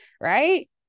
right